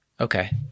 Okay